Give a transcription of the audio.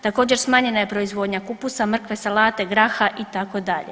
Također smanjena je proizvodnja kupusa, mrkve, salate, graha itd.